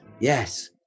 yes